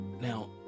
Now